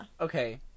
okay